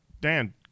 dan